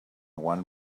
one